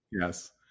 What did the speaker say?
Yes